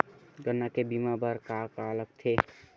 गन्ना के बीमा बर का का लगथे?